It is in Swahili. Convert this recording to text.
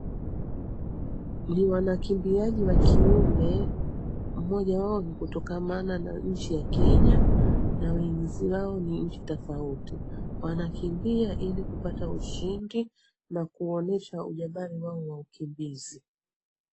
Ni wanakimbiaji wa kiume, mmoja wao ni wa kutokamana na nchi ya Kenya ,na wenzao ni nchi tofauti. Wanakimbia ili kupata ushindi, na kuonyesha ujabali wao wa ukimbizi.